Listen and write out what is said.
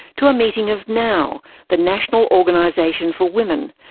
to a meeting of now, the national organization for women,